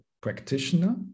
practitioner